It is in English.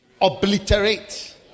obliterate